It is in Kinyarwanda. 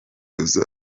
azoca